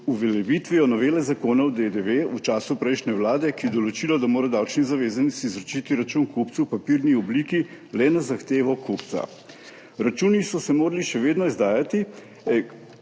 uveljavitvijo novele zakona o DDV v času prejšnje vlade, ki je določila, da mora davčni zavezanec izročiti račun kupcu v papirni obliki le na zahtevo kupca. Računi so se morali še vedno izdajati,